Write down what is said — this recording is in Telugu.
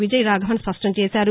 విజయ్ రాఘవన్ స్పష్టం చేశారు